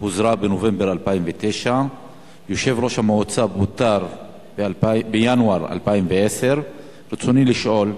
פוזרה בנובמבר 2009. יושב-ראש המועצה פוטר בינואר 2010. רצוני לשאול: